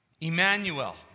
Emmanuel